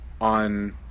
on